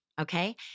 okay